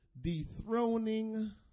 Dethroning